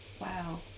Wow